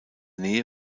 nähe